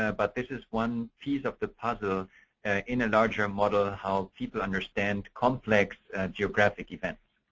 ah but this is one piece of the puzzle in a larger model how people understand complex geographic events.